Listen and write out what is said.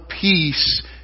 peace